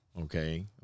okay